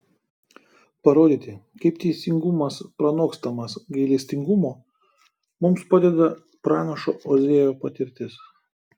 parodyti kaip teisingumas pranokstamas gailestingumo mums padeda pranašo ozėjo patirtis